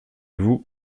vous